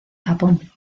japón